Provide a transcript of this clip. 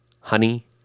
honey